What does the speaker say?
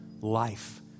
life